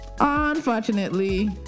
unfortunately